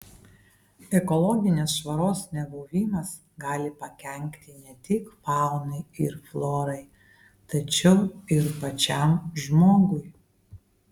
ekologinės švaros nebuvimas gali pakenkti ne tik faunai ir florai tačiau ir pačiam žmogui